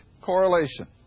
correlation